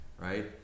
right